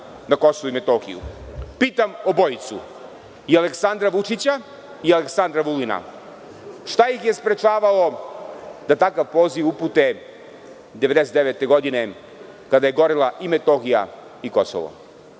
na KiM.Pitam obojicu i Aleksandra Vučića i Aleksandra Vulina – šta ih je sprečavalo da takav poziv upute 1999. godine kada je gorela i Metohija i Kosovo?